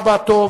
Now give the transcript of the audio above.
אבא, טוב.